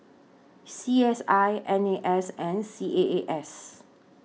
C S I N A S and C A A S